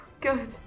good